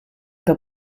que